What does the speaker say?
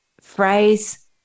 phrase